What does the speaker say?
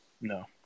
No